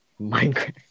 Minecraft